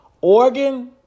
Oregon